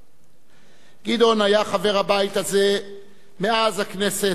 גדעון היה חבר הבית הזה מאז הכנסת הארבע-עשרה,